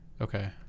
okay